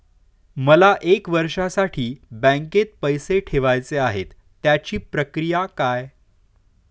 मला एक वर्षासाठी बँकेत पैसे ठेवायचे आहेत त्याची प्रक्रिया काय?